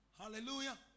hallelujah